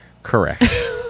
correct